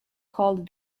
called